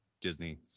Disney